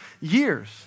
years